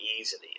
easily